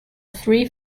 free